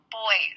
boy